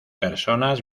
personas